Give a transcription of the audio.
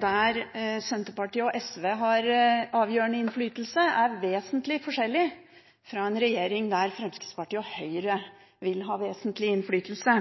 der Senterpartiet og SV har avgjørende innflytelse, på veldig mange viktige områder er vesentlig forskjellig fra en regjering der Fremskrittspartiet og Høyre vil ha vesentlig innflytelse.